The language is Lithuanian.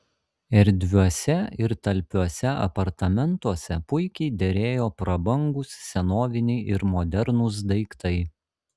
erdviuose ir talpiuose apartamentuose puikiai derėjo prabangūs senoviniai ir modernūs daiktai